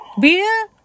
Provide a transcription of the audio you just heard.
Beer